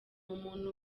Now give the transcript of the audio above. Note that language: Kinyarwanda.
umuntu